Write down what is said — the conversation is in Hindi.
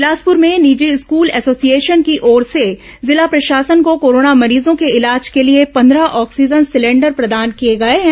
बिलासपुर में निजी स्कूल एसोसिएशन की ओर से जिला प्रशासन को कोरोना मरीजों के इलाज के लिए पंद्रह ऑक्सीजन सिलेंडर प्रदान किए गए हैं